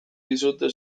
dizute